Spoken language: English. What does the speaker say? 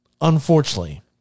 Unfortunately